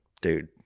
dude